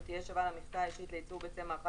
שתהיה שווה למכסה האישית לייצור ביצי מאכל